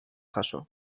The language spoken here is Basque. jaso